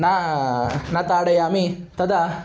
न न ताडयामि तदा